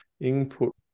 Input